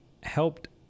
helped